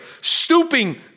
stooping